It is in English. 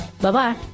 Bye-bye